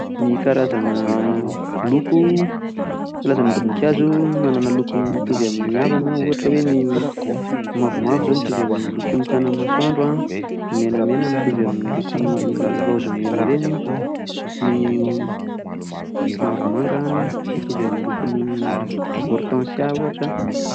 Ny karazana loko karazana voninkazo manana loko mitovy amin'ny havana, ohatra hoe ny mavomavo izao mitovy amin'ny lokon'ny tanamasoandro an, ny menamena mitovy amin'ny lokon'ny raozy mena ireny an, ny mangamanga mitovy amin'ny lokon'ny ortensia ohatra.